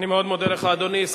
אני מאוד מודה לך, אדוני.